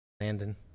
Landon